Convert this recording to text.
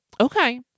okay